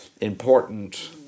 important